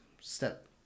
step